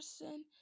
person